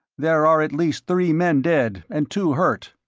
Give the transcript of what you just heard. there are at least three men dead, and two hurt.